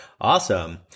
Awesome